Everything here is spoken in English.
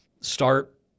start